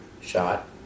shot